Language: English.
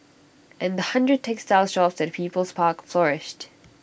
and the hundred textile shops at people's park flourished